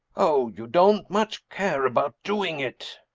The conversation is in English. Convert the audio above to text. oh you don't much care about doing it.